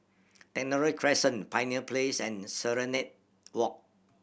Technology Crescent Pioneer Place and Serenade Walk